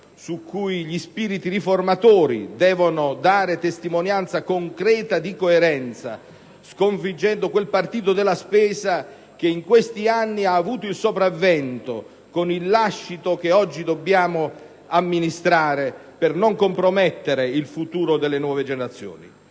in cui gli spiriti riformatori devono dare testimonianza concreta di coerenza, sconfiggendo quel partito della spesa che in questi anni ha avuto il sopravvento con il lascito che oggi dobbiamo amministrare per non compromettere il futuro delle nuove generazioni.